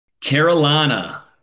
Carolina